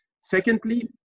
Secondly